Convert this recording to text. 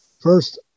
First